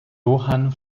johann